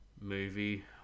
movie